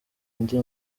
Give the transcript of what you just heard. ndi